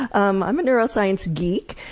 um i'm a neuroscience geek,